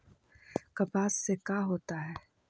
कपास से का होता है?